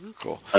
Cool